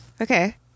Okay